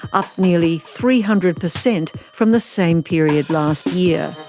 up nearly three hundred percent from the same period last year.